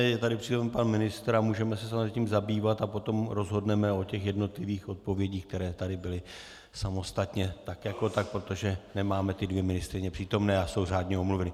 Je tady přítomen pan ministr a můžeme se tím zabývat a potom rozhodneme o jednotlivých odpovědích, které tady byly samostatně tak jako tak, protože nemáme ty dvě ministryně přítomné a jsou řádně omluveny.